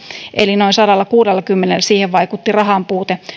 eli noin sadallakuudellakymmenellä siihen vaikutti rahanpuute